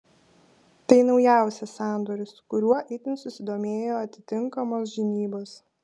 tai naujausias sandoris kuriuo itin susidomėjo atitinkamos žinybos